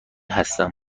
هستم